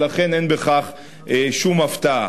לכן אין בכך שום הפתעה.